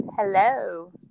hello